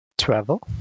travel